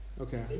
Okay